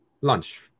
lunch